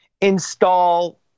install